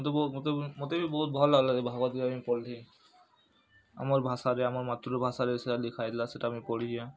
ମୋତେ ବହୁ ମୋତେ ବହୁ ମୋତେ ବି ବହୁତ ଭଲ୍ ଲାଗେ ଭାଗବତ୍ ଗୀତା କେ ପଢ଼ଲି ଆମର୍ ଭାଷା ରେ ଆମ ମାତୃଭାଷା ରେ ସେଇଆ ଲିଖା ହେଇଥିଲା ସେଇଟା ମୁଇଁ ପଢିଯେ